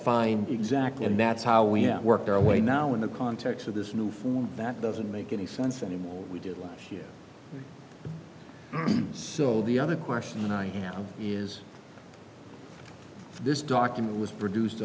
find exactly and that's how we worked our way now in the context of this new form that doesn't make any sense anymore we did last year so the other question i know is this document was produced